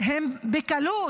הם בקלות